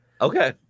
Okay